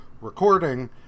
recording